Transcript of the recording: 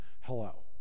hello